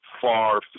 far